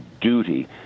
duty